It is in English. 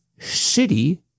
shitty